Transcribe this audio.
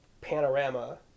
panorama